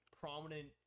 prominent